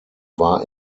war